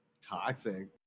toxic